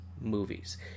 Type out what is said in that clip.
Movies